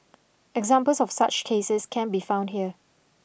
examples of such cases can be found here